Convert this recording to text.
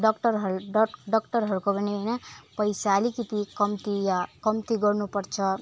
डाक्टरहरू डाक्टहरूको पनि होइन पैसा अलिकति कम्ती वा कम्ती गर्नु पर्छ